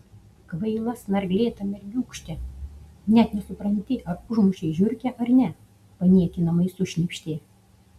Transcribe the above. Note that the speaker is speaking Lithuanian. kvaila snarglėta mergiūkšte net nesupranti ar užmušei žiurkę ar ne paniekinamai sušnypštė